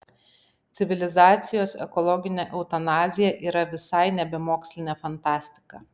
civilizacijos ekologinė eutanazija yra visai nebe mokslinė fantastika